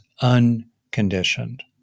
unconditioned